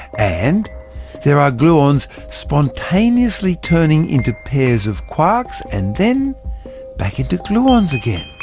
and there are gluons spontaneously turning into pairs of quarks and then back into gluons again.